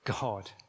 God